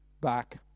back